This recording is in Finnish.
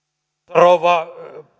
rouva